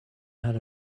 had